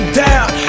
down